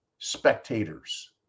Spectators